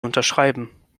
unterschreiben